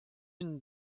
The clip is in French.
une